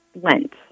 Lent